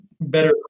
better